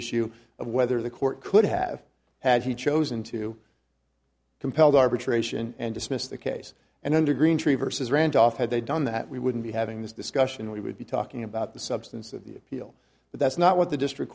issue of whether the court could have had he chosen to compelled arbitration and dismissed the case and under green tree versus randolph had they done that we wouldn't be having this discussion we would be talking about the substance of the appeal but that's not what the district